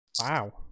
Wow